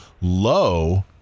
low